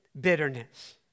bitterness